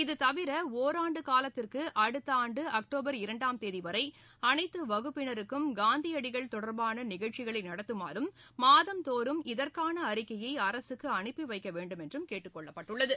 இது தவிர ஓராண்டு காலத்திற்கு அடுத்த ஆண்டு அக்டோபர் இரண்டாம் தேதி வரை அனைத்து வகுப்பினருக்கும் காந்தியடிகள் தொடர்பான நிகழ்ச்சிகளை நடத்துமாறும் மாதந்தோறும் இதற்கான அறிக்கையை அரசுக்கு அனுப்பி வைக்க வேண்டுமென்றும் கேட்டுக் கொள்ளப்பட்டுள்ளது